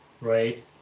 right